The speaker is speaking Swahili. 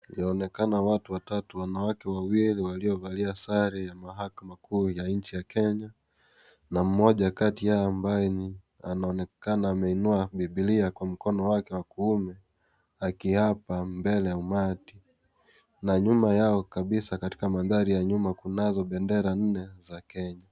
Yaonekana watu watatu, wanawake wawili waliovalia sare ya mahakama kuu ya nchi ya Kenya na mmoja kati yao ambaye anaonekana ameinua bibilia Kwa mkono wake wa kumi akiapa mbele ya umati na nyuma yao kabisa katika mandhari ya nyuma kunazo bendera nne za Kenya.